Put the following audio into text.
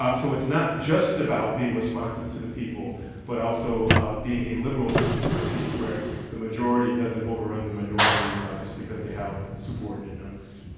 um so it's not just about being responsive to the people but also being a liberal democracy where the majority doesn't overrun the minority just because they have subordinate numbers.